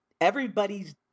everybody's